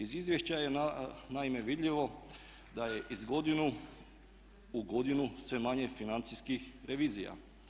Iz izvješća je naime vidljivo da je iz godine u godinu sve manje financijskih revizija.